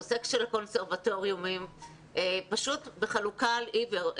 הנושא של הקונסרבטוריונים פשוט בחלוקה על עיוור.